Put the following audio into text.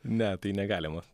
ne tai negalima